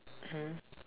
hmm